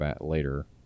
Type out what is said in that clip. later